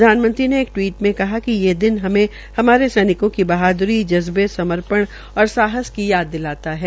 प्रधानमंत्री ने एक टवीट में कहा कि ये दिन हमें हमारे सैनिकों की बहाद्री जज्बें समर्पण और साहस की याद दिलाता है